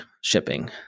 shipping